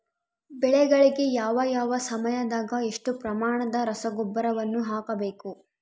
ಬೆಳೆಗಳಿಗೆ ಯಾವ ಯಾವ ಸಮಯದಾಗ ಎಷ್ಟು ಪ್ರಮಾಣದ ರಸಗೊಬ್ಬರವನ್ನು ಹಾಕಬೇಕು?